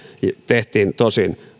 tehtiin tosin